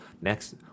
next